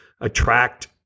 attract